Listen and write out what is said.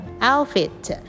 outfit